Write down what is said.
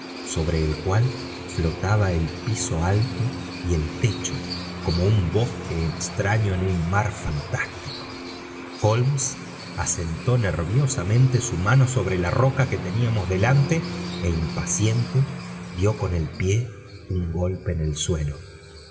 sobre el cual flotaban el piso alto y el techo como un bosque extraño en un mar fantástico tíolmes asentó nerviosamente su mano sobre la roca que teníamos delante ó impaciente dió con el pie un golpe en el suelo